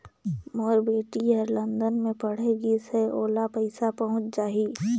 मोर बेटी हर लंदन मे पढ़े गिस हय, ओला पइसा पहुंच जाहि?